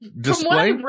display